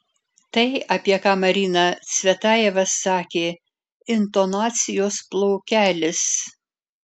tai apie ką marina cvetajeva sakė intonacijos plaukelis